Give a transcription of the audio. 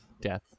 Death